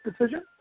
decision